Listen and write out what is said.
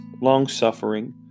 long-suffering